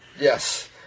Yes